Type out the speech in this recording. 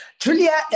Julia